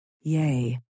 Yea